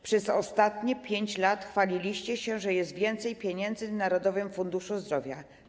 Przez ostatnie 5 lat chwaliliście się, że jest więcej pieniędzy w Narodowym Funduszu Zdrowia.